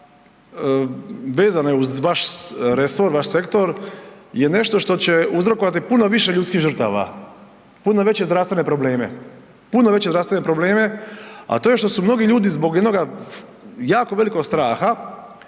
vezano je uz vaš resor, vaš sektor je nešto što će uzrokovati puno više ljudskih žrtava, puno veće zdravstvene probleme, a to je što su mnogi ljudi zbog jednoga jako velikog straha